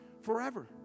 forever